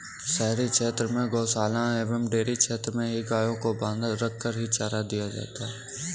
शहरी क्षेत्र में गोशालाओं एवं डेयरी क्षेत्र में ही गायों को बँधा रखकर ही चारा दिया जाता है